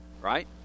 Right